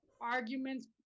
arguments